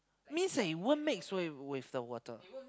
means that it won't mix with with the water